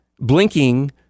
blinking